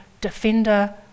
Defender